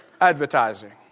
advertising